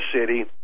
city